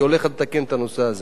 היא הולכת לתקן את הנושא הזה.